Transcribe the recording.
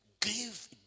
Give